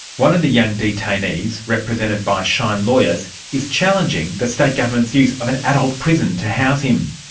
one of the young detainees, represented by shine lawyers, is challenging the state government's use of an adult prison to house him.